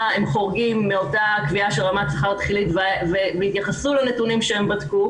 הם חורגים מאותה קביעה של רמת שכר תחילית ויתייחסו לנתונים שהם בדקו,